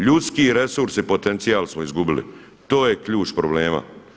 Ljudski resurs i potencijal smo izgubili, to je ključ problema.